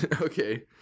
Okay